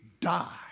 Die